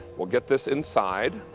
we'll get this inside.